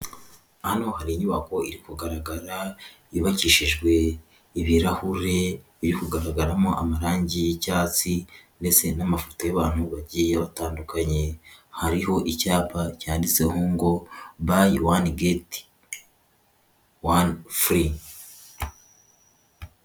Hano hari inyubako iri kugaragara yubakishijwe ibirahure iri kugaragaramo amarangi y'icyatsi ndetse n'amafoto y'abantu bagiye batandukanye, hariho icyapa cyanditseho ngo "bayi wani geti wani furi".